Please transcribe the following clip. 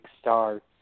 start